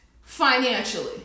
financially